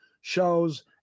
shows